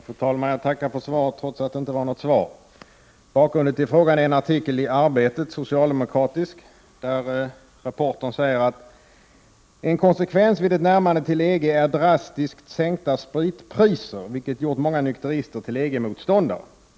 Fru talman! Jag tackar för svaret trots att det inte var något svar. Bakgrunden till frågan är en artikel i Arbetet, socialdemokratisk, där reportern säger att en ”konsekvens vid ett närmande till EG är drastiskt sänkta spritpriser, vilket gjort många nykterister till EG-motståndare”.